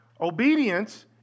Obedience